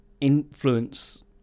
influence